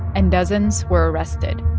and dozens were arrested,